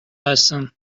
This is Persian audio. هستم